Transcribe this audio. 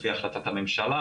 לפי החלטת הממשלה.